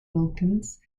wilkins